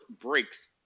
breaks